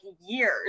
years